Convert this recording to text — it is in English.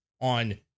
on